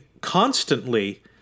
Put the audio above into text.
constantly